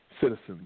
citizens